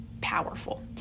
powerful